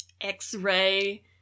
X-Ray